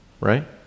right